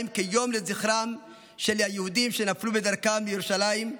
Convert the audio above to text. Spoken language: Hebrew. כיום לזכרם של היהודים שנפלו בדרכם לירושלים,